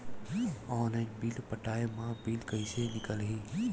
Online bill पटाय मा bill कइसे निकलही?